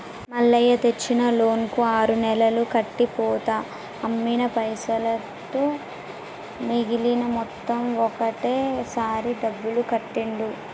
మల్లయ్య తెచ్చిన లోన్ కు ఆరు నెలలు కట్టి పోతా అమ్మిన పైసలతో మిగిలిన మొత్తం ఒకటే సారి డబ్బులు కట్టిండు